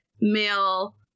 male